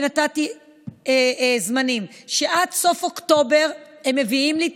ונתתי זמנים שעד סוף אוקטובר הם מביאים לי את